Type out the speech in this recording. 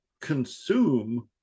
consume